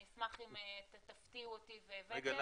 אני אשמח אם תפתיעו אותי והבאתם.